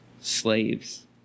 slaves